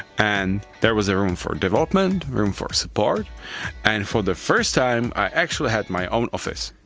and there was a room for development, room for support and for the first time i actually had my own office.